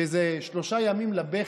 זה שלושה ימים לבכי,